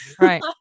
right